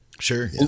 Sure